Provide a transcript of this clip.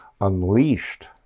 unleashed